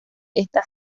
esta